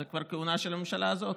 זאת כבר כהונה של הממשלה הזאת.